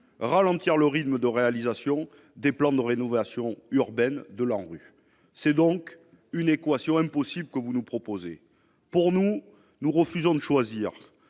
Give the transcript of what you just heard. ralentir le rythme de réalisation des plans de rénovation urbaine de l'ANRU, c'est donc une équation impossible que vous nous proposez pour nous, nous refusons de choisir,